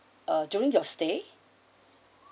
uh during your stay